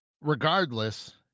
regardless